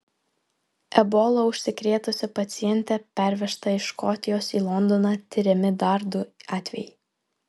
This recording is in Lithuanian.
ebola užsikrėtusi pacientė pervežta iš škotijos į londoną tiriami dar du atvejai